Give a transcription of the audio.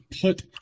put